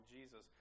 Jesus